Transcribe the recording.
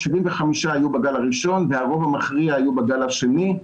75 היו בגל הראשון והרוב המכריע היו בגל השני.